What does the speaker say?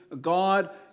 God